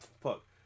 Fuck